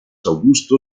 augusto